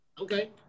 Okay